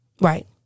Right